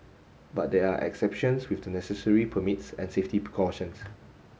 but there are exceptions with the necessary permits and safety precautions